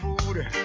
food